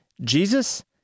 Jesus